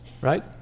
right